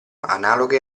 analoghe